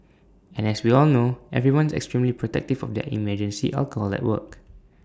and as we all know everyone is extremely protective for their emergency alcohol at work